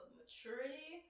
maturity